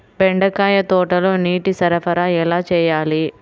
బెండకాయ తోటలో నీటి సరఫరా ఎలా చేయాలి?